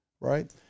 right